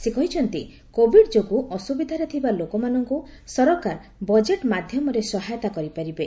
ସେ କହିଛନ୍ତି କୋବିଡ୍ ଯୋଗୁଁ ଅସୁବିଧାରେ ଥିବା ଲୋକମାନଙ୍କୁ ସରକାର ବଜେଟ୍ ମାଧ୍ୟମରେ ସହାୟତା କରିପାରିବେ